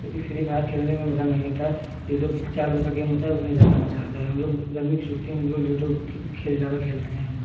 क्योंकि free fire खेलने में मज़ा नहीं आता लूडो के चार लोग का गेम होता है उसमें ज़्यादा मज़ा आता है हम लोग गर्मी की छुट्टी में हम लोग लूडो खेल ज़्यादा खेलते हैं हम लोग